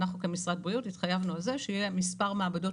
אנחנו כמשרד הבריאות התחייבנו על זה שיהיו מספר מעבדות